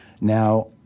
Now